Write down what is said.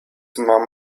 mom